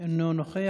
אינו נוכח,